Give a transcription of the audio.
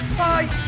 bye